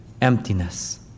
emptiness